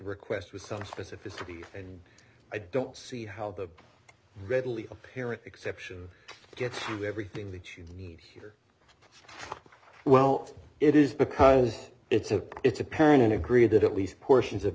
request with some specificity and i don't see how the readily apparent exception gets everything that you need here well it is because it's a it's a parent and agreed that at least portions of